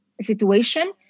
situation